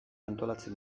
antolatzen